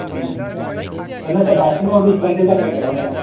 ओरैनो सार दासिमाव बेसेबांसो जाखो एप्लाइ खालामनाया